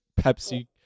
Pepsi